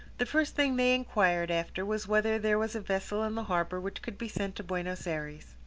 the first thing they inquired after was whether there was a vessel in the harbour which could be sent to buenos ayres.